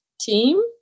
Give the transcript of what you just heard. team